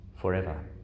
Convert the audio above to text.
forever